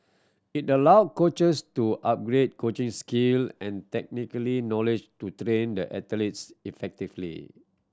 it allow coaches to upgrade coaching skill and technically knowledge to train the athletes effectively